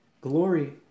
glory